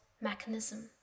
mechanism